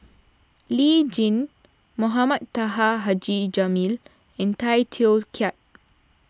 Lee Tjin Mohamed Taha Haji Jamil and Tay Teow Kiat